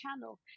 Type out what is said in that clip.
channel